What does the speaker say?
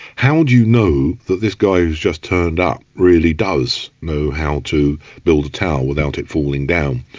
how would you know that this guy who's just turned up really does know how to build a tower without it falling down?